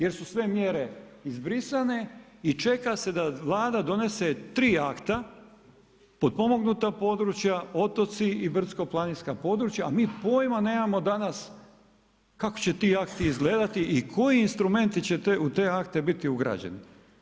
Jer su sve mjere izbrisane i čeka se da Vlada donese 3 akta, potpomognuta područja, otoci i brdsko planinska područja, a mi pojma nemamo danas, kako će ti akti izgledati i koji će instrumenti će u te akte biti ugrađene?